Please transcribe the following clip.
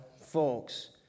folks